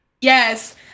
yes